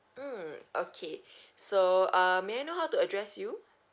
mm okay so uh may I know how to address you